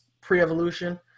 pre-evolution